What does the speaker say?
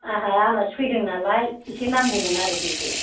आहा आलासि फैदों नालाय एसे नांगौमोन आरो जौखौ